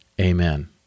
Amen